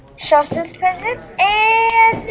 shasha's present. and